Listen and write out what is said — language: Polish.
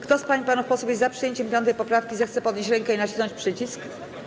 Kto z pań i panów posłów jest za przyjęciem 5. poprawki, zechce podnieść rękę i nacisnąć przycisk.